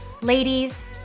Ladies